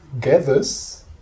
gathers